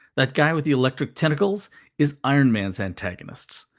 that guy with the electric tentacles is iron man's antagonist.